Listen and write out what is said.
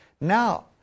now